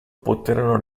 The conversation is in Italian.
poterono